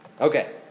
okay